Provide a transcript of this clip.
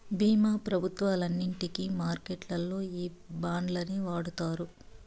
భీమా పత్రాలన్నింటికి మార్కెట్లల్లో ఈ బాండ్లనే వాడుతారు